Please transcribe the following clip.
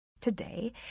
today